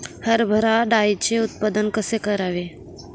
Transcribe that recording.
हरभरा डाळीचे उत्पादन कसे करावे?